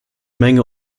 menge